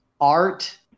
art